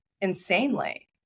insanely